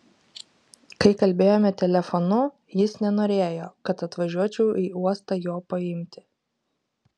kai kalbėjome telefonu jis nenorėjo kad atvažiuočiau į uostą jo paimti